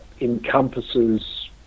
encompasses